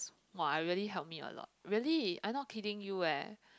!woah! it really help me a lot really I not kidding you eh